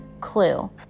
clue